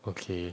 okay